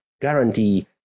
guarantee